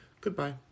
Goodbye